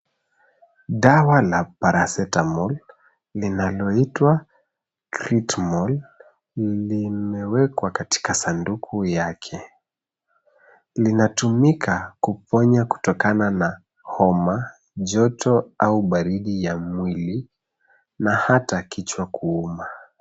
Dawa la paracetamol linaloitwa Critmol limewekwa katika sanduku yake. Lintumika kuponya kutokana na homa, joto au baridi ya mwili na hat kichwa kuuma.